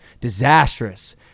Disastrous